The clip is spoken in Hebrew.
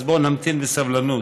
אז בוא נמתין בסבלנות.